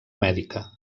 mèdica